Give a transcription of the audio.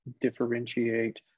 differentiate